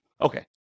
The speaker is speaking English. okay